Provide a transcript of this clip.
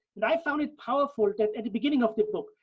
and i found it powerful at and the beginning of the book,